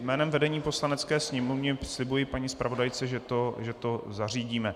Jménem vedení Poslanecké sněmovny slibuji paní zpravodajce, že to zařídíme.